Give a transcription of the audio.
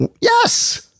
Yes